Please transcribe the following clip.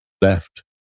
left